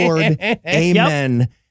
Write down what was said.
amen